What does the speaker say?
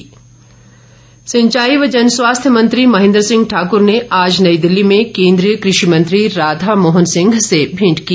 महेन्द्र सिंह सिंचाई व जनस्वास्थ्य मंत्री महेन्द्र सिंह ठाकुर ने आज नई दिल्ली में कोन्द्रीय कृषि मंत्री राधा मोहन सिंह से भेंट की